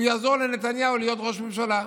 הוא יעזור לנתניהו להיות ראש ממשלה,